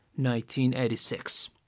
1986